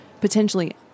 potentially